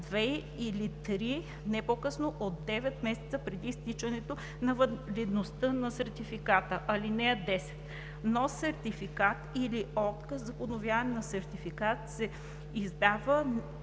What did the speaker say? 2 или 3 не по-късно от 9 месеца преди изтичането на валидността на сертификата. (10) Нов сертификат или отказ за подновяване на сертификат се издава